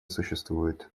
существует